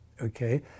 okay